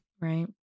Right